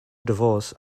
divorce